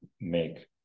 make